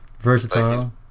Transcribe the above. versatile